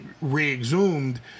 re-exhumed